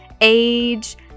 age